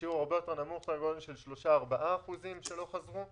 שינוי הרבה יותר נמוך, סדר גודל של 4%-3% שלא חזרו